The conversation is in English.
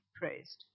praised